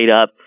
up